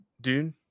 Dude